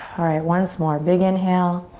alright, once more, big inhale.